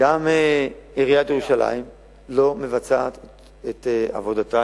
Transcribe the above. וגם עיריית ירושלים לא מבצעת את עבודתה,